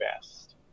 best